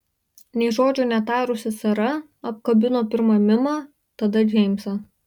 nė žodžio netarusi sara apkabino pirma mimą tada džeimsą